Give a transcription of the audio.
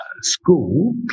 school